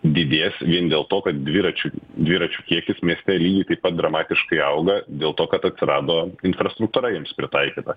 didės vien dėl to kad dviračių dviračių kiekis mieste lygiai taip pat dramatiškai auga dėl to kad atsirado infrastruktūra jiems pritaikyta